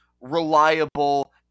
reliable